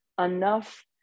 enough